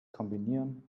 kombinieren